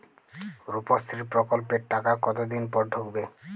রুপশ্রী প্রকল্পের টাকা কতদিন পর ঢুকবে?